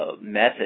method